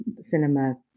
cinema